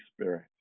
spirit